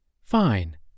Fine